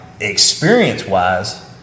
experience-wise –